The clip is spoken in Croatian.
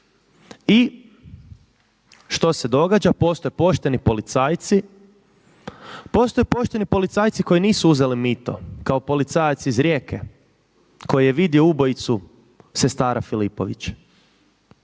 pošteni policajci, postoje pošteni policajci koji nisu uzeli mito kao policajac iz Rijeke koji je vidio ubojicu sestara Filipović